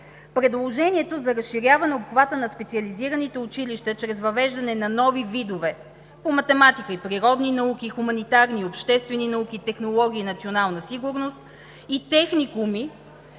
Предложението за разширяване обхвата на специализираните училища чрез въвеждане на нови видове – по математика и природни науки, хуманитарни и обществени науки, технология и национална сигурност, и техникуми,